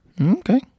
Okay